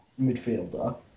midfielder